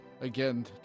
again